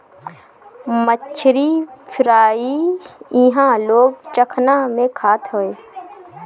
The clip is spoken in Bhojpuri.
मछरी फ्राई इहां लोग चखना में खात हवे